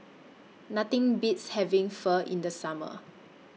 Nothing Beats having Pho in The Summer